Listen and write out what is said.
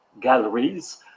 galleries